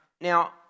now